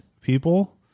people